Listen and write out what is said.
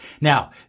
Now